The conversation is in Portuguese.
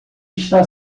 está